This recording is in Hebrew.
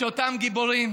שאותם גיבורים,